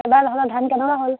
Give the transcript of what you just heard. এইবাৰ তহঁতৰ ধান কেনেকুৱা হ'ল